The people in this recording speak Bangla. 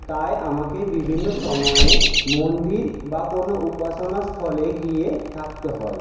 তাই আমাকে বিভিন্ন সময়ে মন্দির বা কোনো উপাসনা স্থলে গিয়ে থাকতে হয়